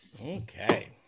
Okay